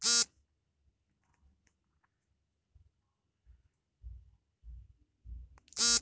ರಾಗಿ, ಜೋಳ, ರಾಜಗಿರಾ ಅಥವಾ ಅಮರಂಥ ಬಾಜ್ರ ಪೌಷ್ಟಿಕ ಆರೋಗ್ಯಕ್ಕೆ ಒಳ್ಳೆಯ ಧಾನ್ಯಗಳು